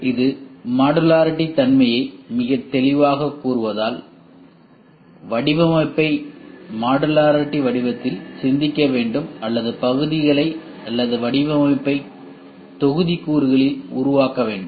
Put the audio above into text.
இது மாடுலாரிடித்தன்மையை மிகத் தெளிவாகக் கூறுவதால் வடிவமைப்பை மாடுலாரிடி வடிவத்தில் சிந்திக்க வேண்டும் அல்லது பகுதிகளை அல்லது வடிவமைப்பை தொகுதிக்கூறுகளில் உருவாக்க வேண்டும்